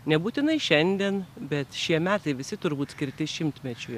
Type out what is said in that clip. nebūtinai šiandien bet šie metai visi turbūt skirti šimtmečiui